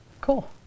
Cool